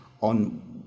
on